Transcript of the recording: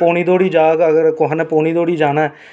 पौनी धोड़ी जाह्ग अगर कुसै पौनी तगर जाना ऐ